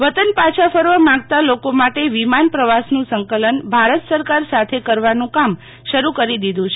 વતન પાછા ફરવા માંગતા લોકો માટે વિમાન પ્રવાસ નું સંકલન ભારત સરકાર સાથે કરવાનું કામ શરૂ કરી દીધું છે